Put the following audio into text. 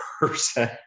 person